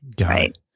Right